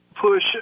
Push